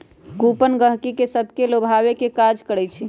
coupon गहकि सभके लोभावे के काज करइ छइ